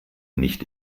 nicht